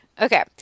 Okay